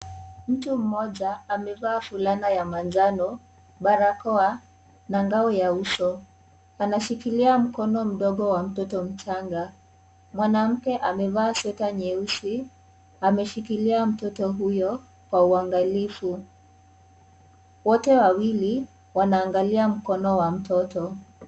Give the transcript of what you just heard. Mtu mmoja amevaa fulana manjano, barakoa na ngao ya uso. Wanashikilia mkona mdogo wa mtoto mchanga. Mwanamke amevaa Sweta nyeusi ameshikilia mtoto huyo kwa uangalifu. Wote wawili wanaangalia mkono wa mtoto.